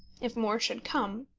if more should come,